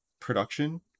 production